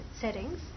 settings